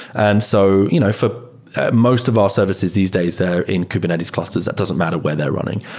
and so you know for most of our services these days, they're in kubernetes clusters. it doesn't matter where they're running.